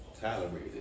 tolerated